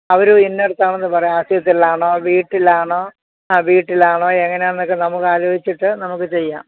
അവർ ഇന്നടുത്താണെന്ന് പറയാം ആശുപത്രിയിലാണോ വീട്ടിലാണോ ആ വീട്ടിലാണോ എങ്ങനെയാണെന്നൊക്കെ നമുക്ക് ആലോചിച്ചിട്ട് നമുക്ക് ചെയ്യാം